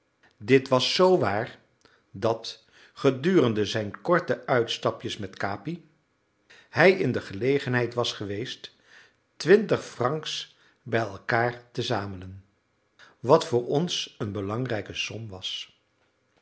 dit was z waar dat gedurende zijn korte uitstapjes met capi hij in de gelegenheid was geweest twintig francs bij elkaar te zamelen wat voor ons een belangrijke som was